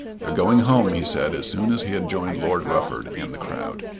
they're going home, he said as soon as he had joined lord rufford and the crowd.